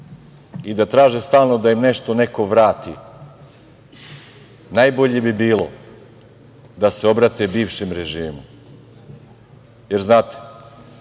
i traže stalno da im neko nešto vrati, najbolje bi bilo da se obrate bivšem režimu, jer znate,